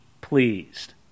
pleased